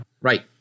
Right